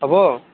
হ'ব